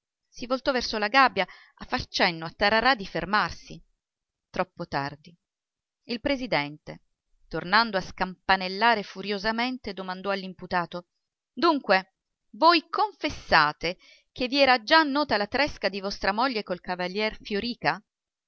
si voltò verso la gabbia a far cenno a tararà di fermarsi troppo tardi il presidente tornando a scampanellare furiosamente domandò all'imputato dunque voi confessate che vi era già nota la tresca di vostra moglie col cavaliere fiorìca